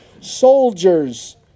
soldiers